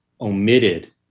omitted